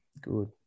Good